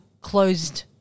closed